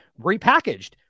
repackaged